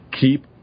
Keep